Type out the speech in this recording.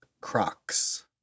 Crocs